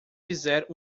fizer